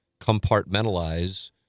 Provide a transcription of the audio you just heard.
compartmentalize